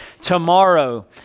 Tomorrow